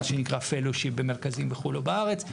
מה שנקרא fellowship במרכזים בחו"ל או בארץ.